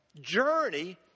journey